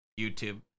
YouTube